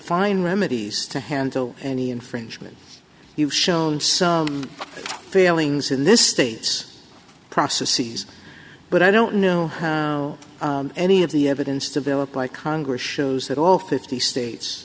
fine remedies to handle any infringement you've shown some failings in this state's processes but i don't know how any of the evidence developed like congress shows that all fifty states